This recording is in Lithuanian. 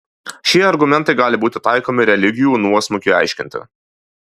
šie argumentai gali būti taikomi religijų nuosmukiui aiškinti